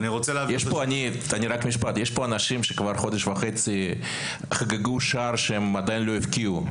יש פה אנשים שכבר חודש וחצי חגגו שער שהם עדיין לא הבקיעו.